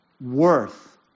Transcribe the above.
worth